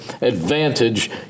advantage